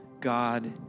God